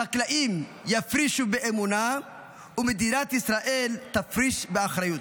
החקלאים יפרישו באמונה ומדינת ישראל תפריש באחריות.